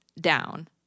down